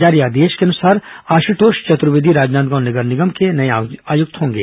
जारी आदेश के अनुसार आशुतोष चतुर्वेदी राजनांदगांव नगर निगम के नये आयुक्त होंगे